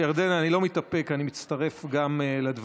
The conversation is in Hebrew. וירדנה, אני לא מתאפק, גם אני מצטרף לדברים.